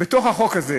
בתוך החוק הזה